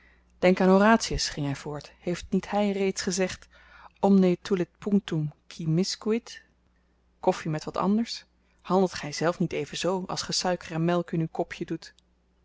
horatius ging hy voort heeft niet hy reeds gezegd omne tulit punctum qui miscuit koffi met wat anders handelt gyzelf niet even zoo als ge suiker en melk in uw kopje doet